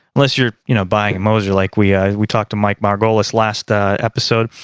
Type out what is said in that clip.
unless you're. you know buying moser, like we yeah we talked to mike margolis last episode.